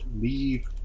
leave